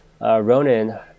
Ronan